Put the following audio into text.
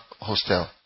hostel